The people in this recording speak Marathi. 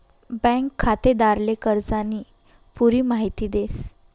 बँक खातेदारले कर्जानी पुरी माहिती देस